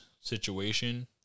situation